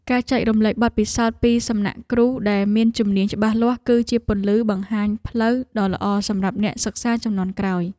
ការចែករំលែកបទពិសោធន៍ពីសំណាក់គ្រូដែលមានជំនាញច្បាស់លាស់ គឺជាពន្លឺបង្ហាញផ្លូវដ៏ល្អសម្រាប់អ្នកសិក្សាជំនាន់ក្រោយ។